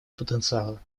потенциала